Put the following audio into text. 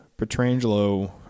Petrangelo